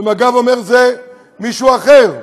ומג"ב אומר: זה מישהו אחר.